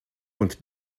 und